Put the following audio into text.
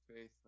faith